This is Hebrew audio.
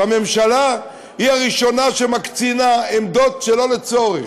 והממשלה היא הראשונה שמקצינה עמדות שלא לצורך.